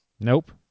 Nope